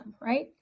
right